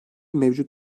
mevcut